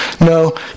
No